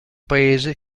paese